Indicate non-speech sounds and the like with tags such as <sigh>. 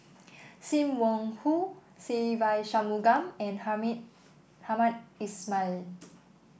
Sim Wong Hoo Se Ve Shanmugam and <unintelligible> Hamed Ismail